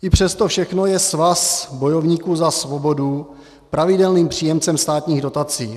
I přes to všechno je Svaz bojovníků za svobodu pravidelným příjemcem státních dotací.